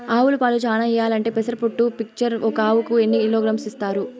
ఆవులు పాలు చానా ఇయ్యాలంటే పెసర పొట్టు మిక్చర్ ఒక ఆవుకు ఎన్ని కిలోగ్రామ్స్ ఇస్తారు?